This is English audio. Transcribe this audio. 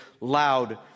loud